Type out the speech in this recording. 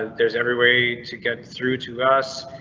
there's every way to get through to us.